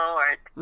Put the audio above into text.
Lord